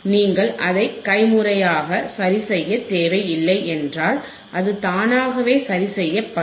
நீங்கள் அதை கைமுறையாக சரிசெய்ய தேவையில்லை என்றால் அது தானாகவே சரிசெய்யப்படும்